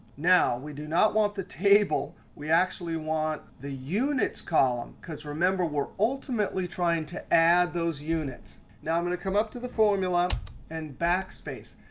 now, we do not want the table. we actually want the units column, because remember, we're ultimately trying to add those units. now i'm going to come up to the formula and backspace.